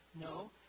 No